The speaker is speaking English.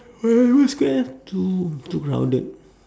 paya lebar square too too crowded